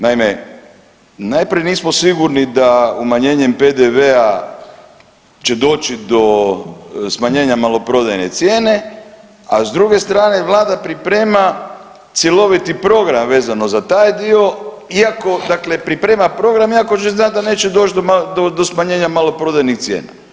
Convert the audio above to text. Naime, najprije nismo sigurni da umanjenjem PDV-a će doći do smanjenja maloprodajne cijene, a s druge strane, Vlada priprema cjeloviti program vezano za taj dio iako, dakle, priprema program iako će znati da neće doći do smanjenja maloprodajnih cijena.